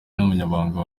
n’umunyamabanga